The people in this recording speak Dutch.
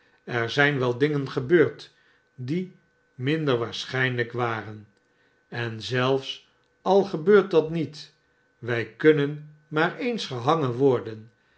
er zijn wel dingen gebeurd die binder waarschijnlijk waren en zelfs al gebeurt dat met wij kunnen maar eens gehangen worden